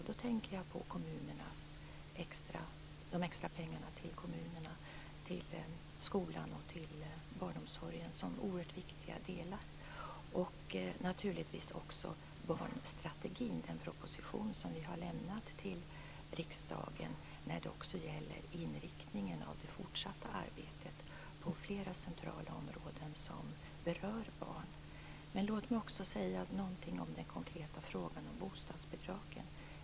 Då tänker jag på de extra pengarna till kommunerna; till skolan och barnomsorgen. Det är oerhört viktiga delar. Jag tänker naturligtvis också på barnstrategin, den proposition som vi har lämnat till riksdagen som också gäller inriktningen av det fortsatta arbetet på flera centrala områden som berör barn. Låt mig också säga något om den konkreta frågan om bostadsbidragen.